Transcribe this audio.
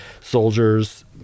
soldiers